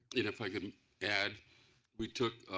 if i could add we took